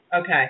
Okay